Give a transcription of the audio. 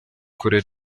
kure